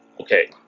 okay